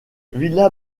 villa